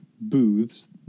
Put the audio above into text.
booths